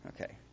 Okay